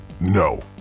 No